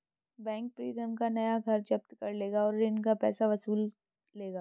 bank Pritam का नया घर जब्त कर लेगा और ऋण का पैसा वसूल लेगा